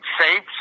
safe